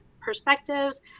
perspectives